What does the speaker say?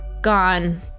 gone